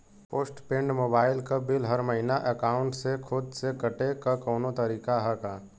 Post paid mobile क bill हर महिना एकाउंट से खुद से कटे क कौनो तरीका ह का?